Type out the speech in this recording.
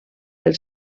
del